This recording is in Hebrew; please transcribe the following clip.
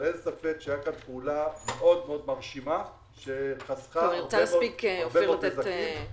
אבל אין ספק שהייתה כאן פעולה מאוד מרשימה שחסכה הרבה מאוד נזקים.